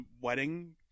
wedding